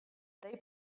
they